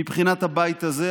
מבחינת הבית הזה,